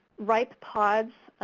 ripe pods,